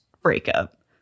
breakup